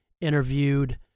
interviewed